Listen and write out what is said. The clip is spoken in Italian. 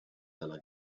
dalla